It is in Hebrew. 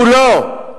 כולו,